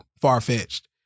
far-fetched